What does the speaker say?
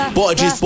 pode